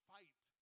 Fight